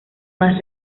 más